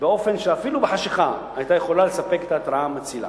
באופן שאפילו בחשכה היתה יכולה לספק את ההתרעה המצילה.